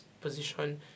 position